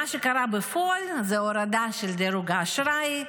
מה שקרה בפועל זו הורדה של דירוג האשראי,